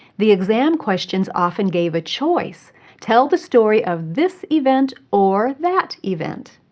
the exam questions often gave a choice tell the story of this event or that event.